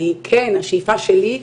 כן השאיפה שלי,